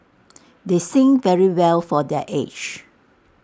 they sing very well for their age